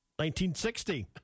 1960